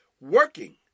working